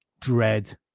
dread